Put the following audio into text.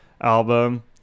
album